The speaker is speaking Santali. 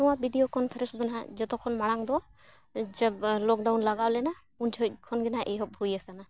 ᱱᱚᱣᱟ ᱵᱷᱤᱰᱤᱭᱳ ᱠᱚᱱᱯᱷᱟᱨᱮᱱᱥ ᱫᱚ ᱱᱟᱜ ᱡᱷᱚᱛᱚ ᱠᱷᱚᱱ ᱢᱟᱲᱟᱝ ᱫᱚ ᱡᱟᱵᱽ ᱞᱚᱠᱰᱟᱣᱩᱱ ᱞᱟᱜᱟᱣ ᱞᱮᱱᱟ ᱩᱱᱡᱚᱠᱷᱚᱱ ᱠᱷᱚᱱ ᱜᱮ ᱱᱟᱜ ᱮᱦᱚᱵ ᱦᱩᱭ ᱟᱠᱟᱱᱟ